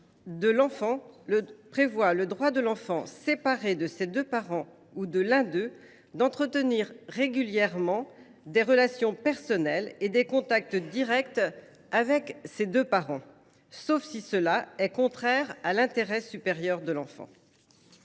la France, reconnaît « le droit de l’enfant séparé de ses deux parents ou de l’un d’eux d’entretenir régulièrement des relations personnelles et des contacts directs avec ses deux parents, sauf si cela est contraire à l’intérêt supérieur de l’enfant